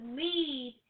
lead